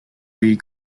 lee